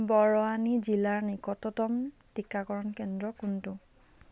বৰৱানী জিলাৰ নিকটতম টিকাকৰণ কেন্দ্ৰ কোনটো